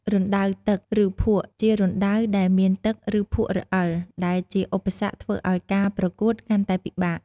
រណ្តៅទឹក ឬភក់ ជារណ្តៅដែលមានទឹក ឬភក់រអិល ដែលជាឧបសគ្គធ្វើឲ្យការប្រកួតកាន់តែពិបាក។